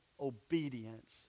obedience